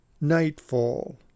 Nightfall